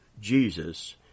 Jesus